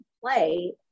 play